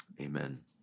Amen